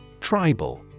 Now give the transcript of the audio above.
Tribal